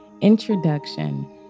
Introduction